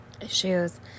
issues